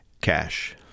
cash